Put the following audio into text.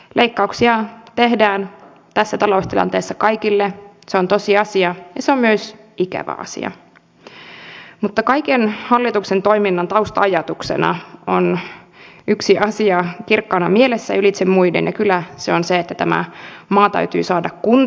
leikkauksia tehdään tässä taloustilanteessa kaikille se on tosiasia ja se on myös ikävä asia mutta kaiken hallituksen toiminnan tausta ajatuksena on yksi asia kirkkaana mielessä ylitse muiden ja kyllä se on se että tämä maa täytyy saada kuntoon